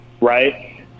right